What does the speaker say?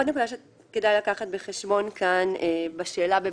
עוד נקודה שכדאי לקחת בחשבון בשאלה אם